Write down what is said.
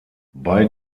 bei